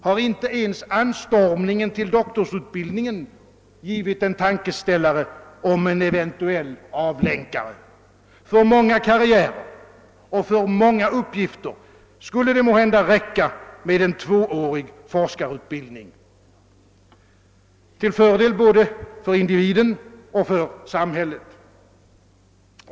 Har inte ens anstormningen till doktorsutbildningen givit en tankeställare om en eventuell avlänkare? För många karriärer och för många uppgifter skulle det måhända räcka med en tvåårig forskarutbildning, till fördel både för individen och för samhället.